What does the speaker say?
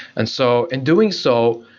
and so in doing so,